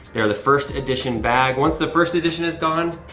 they're the first edition bag. once the first edition is gone,